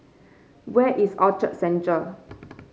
where is Orchard Central